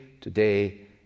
today